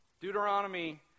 Deuteronomy